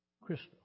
crystal